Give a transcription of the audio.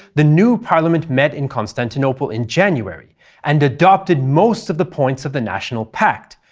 the new parliament met in constantinople in january and adopted most of the points of the national pact,